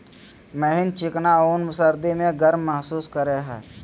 महीन चिकना ऊन सर्दी में गर्म महसूस करेय हइ